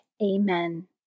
Amen